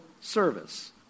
service